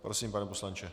Prosím, pane poslanče.